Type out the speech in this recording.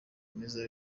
meza